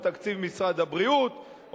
או תקציב משרד הבריאות,